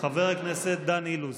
מתחייב אני.